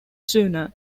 sooner